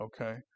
okay